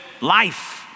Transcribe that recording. life